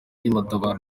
matabaro